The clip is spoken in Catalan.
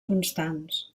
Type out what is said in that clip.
constants